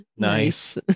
nice